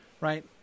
right